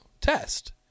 test